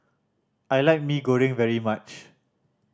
I like Mee Goreng very much